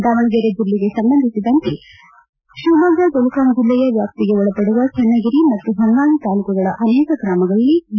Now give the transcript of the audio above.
ದಾವಣಗೆರೆ ಜಿಲ್ಲೆಗೆ ಸಂಬಂಧಿಸಿದಂತೆ ಶಿವಮೊಗ್ಗ ಟೆಲಿಕಾಂ ಜಿಲ್ಲೆಯ ವ್ಯಾಪ್ತಿಗೊಳಪದುವ ಚನ್ನಗಿರಿ ಮತ್ತು ಹೊನ್ನಾಳಿ ತಾಲ್ಲೂಕುಗಳ ಅನೇಕ ಗ್ರಾಮಗಳಲ್ಲಿ ಬಿ